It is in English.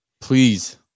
Please